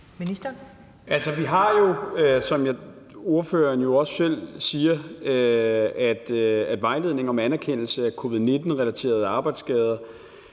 Hummelgaard): Vi har jo, som ordføreren også selv siger, vejledningen om anerkendelse af covid-19-relaterede arbejdsskader,